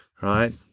Right